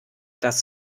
das